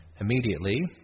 Immediately